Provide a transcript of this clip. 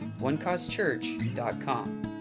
onecausechurch.com